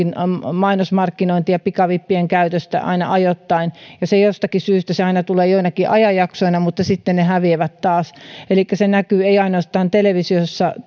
mainosmarkkinointia pikavippien käytöstä aina ajoittain se jostakin syystä tulee aina joinakin ajanjaksoina mutta sitten ne häviävät taas elikkä se ei näy ainoastaan televisiossa